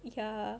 ya